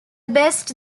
best